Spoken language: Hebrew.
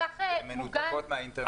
הן מנותקות מהאינטרנט הכללי.